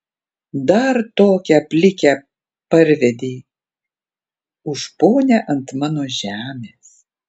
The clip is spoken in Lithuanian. dar tokią plikę parvedei už ponią ant mano žemės